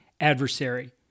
Adversary